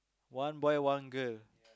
one boy one girl